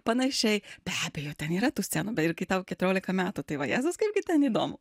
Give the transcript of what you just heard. panašiai be abejo ten yra tų scenų ir kai tau keturiolika metų tai va jėzus kaipgi ten įdomu